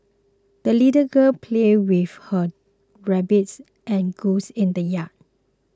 the little girl played with her rabbit and goose in the yard